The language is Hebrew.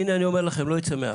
לא ייצא 100%,